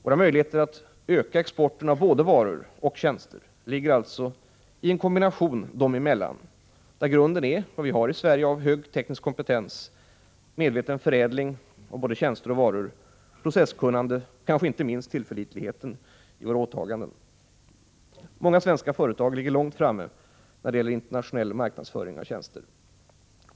Våra möjligheter att öka exporten av både varor och tjänster ligger i en kombination dem emellan, där grunden är vad vi har i Sverige av hög teknisk kompetens, medveten förädling av både tjänsteoch varuproduktion, processkunnande och kanske inte minst tillförlitlighet i fråga om gjorda åtaganden. Många svenska företag ligger långt framme när det gäller internationell marknadsföring av tjänster.